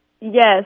Yes